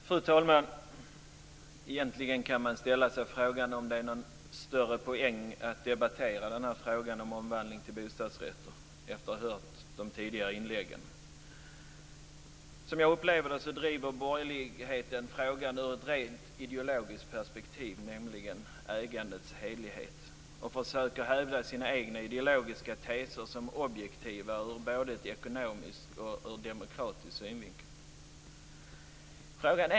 Fru talman! Egentligen kan man efter att ha hört tidigare inlägg fråga sig om det är någon större poäng att debattera frågan om omvandling till bostadsrätter. Som jag upplever det driver borgerligheten frågan ur ett rent ideologiskt perspektiv, nämligen ägandets helighet. Man försöker hävda sina egna ideologiska teser som objektiva från både ekonomisk och demokratisk synvinkel.